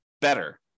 better